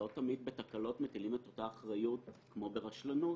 לא תמיד בתקלות מטילים את אותה אחריות כמו ברשלנות.